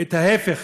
את ההפך: